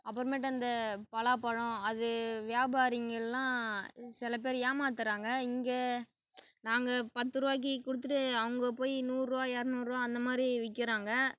அப்புறமேட்டு அந்த பலாப்பழம் அது வியாபாரிங்கள்லாம் சிலப் பேர் ஏமாற்றுதுறாங்க இங்கே நாங்கள் பத்து ரூவாய்க்கு கொடுத்துட்டு அவங்க போய் நூறுரூவா எரநூறுரூவா அந்த மாதிரி விற்கிறாங்க